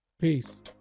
Peace